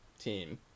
team